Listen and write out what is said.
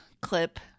clip